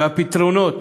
והפתרונות